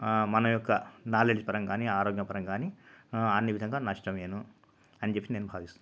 మన యొక్క నాలెడ్జ్ పరంగా కానీ ఆరోగ్య పరంగా కానీ అన్ని విధంగానూ నష్టమేను అని చెప్పి నేను భావిస్తున్నాను